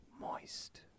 Moist